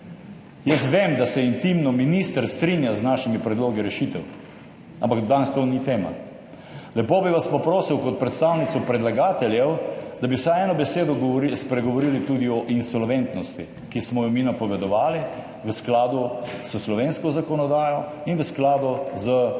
Jaz vem, da se intimno minister strinja z našimi predlogi rešitev, ampak danes to ni tema. Lepo bi vas pa prosil kot predstavnico predlagateljev, da bi vsaj eno besedo spregovorili tudi o insolventnosti, ki smo jo mi napovedovali v skladu s slovensko zakonodajo in v skladu z